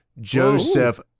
Joseph